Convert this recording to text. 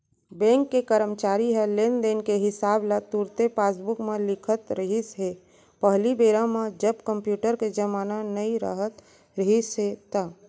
bank के करमचारी ह लेन देन के हिसाब ल तुरते पासबूक म लिखत रिहिस हे पहिली बेरा म जब कम्प्यूटर के जमाना नइ राहत रिहिस हे ता